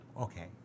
Okay